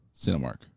Cinemark